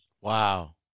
Wow